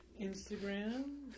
Instagram